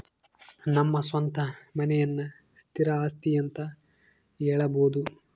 ನಮ್ಮ ಸ್ವಂತ ಮನೆಯನ್ನ ಸ್ಥಿರ ಆಸ್ತಿ ಅಂತ ಹೇಳಬೋದು